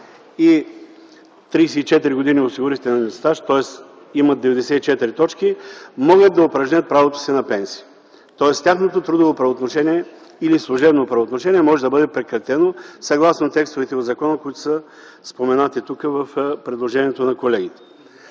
и 34 години осигурителен стаж, тоест имат 94 точки, могат да упражнят правото си на пенсия. Тяхното трудово или служебно правоотношение може да бъде прекратено, съгласно текстовете в закона, които са споменати тук в предложението на колегите.